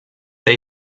they